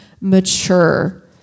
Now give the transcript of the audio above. mature